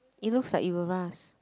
it looks like it will rust